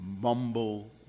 mumble